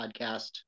podcast